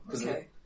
Okay